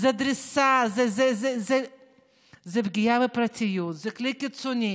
זה דריסה, זה פגיעה בפרטיות, זה כלי קיצוני.